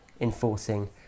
enforcing